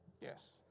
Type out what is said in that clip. Yes